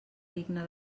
digne